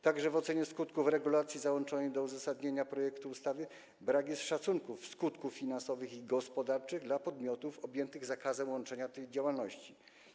Także w ocenie skutków regulacji załączonej do uzasadnienia projektu ustawy brak jest szacunków jej skutków finansowych i gospodarczych dla podmiotów objętych zakazem łączenia tych rodzajów działalności.